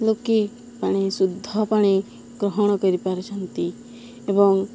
ଲୋକେ ପାଣି ଶୁଦ୍ଧ ପାଣି ଗ୍ରହଣ କରିପାରୁଛନ୍ତି ଏବଂ